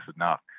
enough